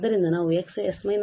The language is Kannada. ಆದ್ದರಿಂದ ನಾವು Xs − 1